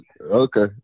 Okay